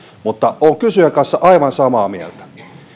mutta olen kysyjän kanssa aivan samaa mieltä